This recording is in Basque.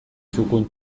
txukun